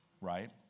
right